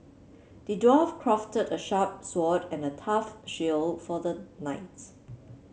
the dwarf crafted a sharp sword and a tough shield for the knight